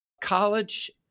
college